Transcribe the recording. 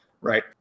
right